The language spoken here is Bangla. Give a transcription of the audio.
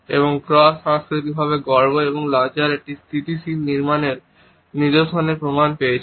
এবং তারা ক্রস সাংস্কৃতিকভাবে গর্ব এবং লজ্জার একটি স্থিতিশীল নিদর্শনের প্রমাণ পেয়েছে